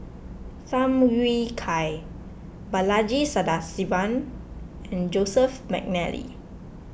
Tham Yui Kai Balaji Sadasivan and Joseph McNally